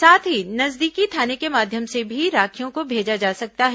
साथ ही नजदीकी थाने के माध्यम से भी राखियों को भेजा जा सकता है